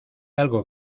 algo